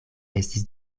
estis